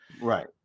right